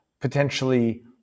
potentially